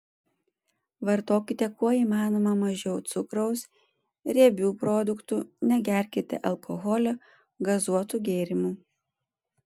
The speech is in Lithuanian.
vartokite kuo įmanoma mažiau cukraus riebių produktų negerkite alkoholio gazuotų gėrimų